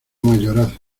mayorazgo